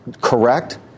correct